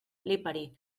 lipari